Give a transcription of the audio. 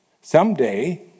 someday